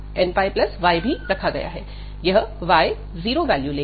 यह y 0 value लेगा